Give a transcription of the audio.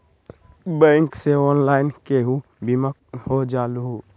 Bank से online केहु बिमा हो जाईलु?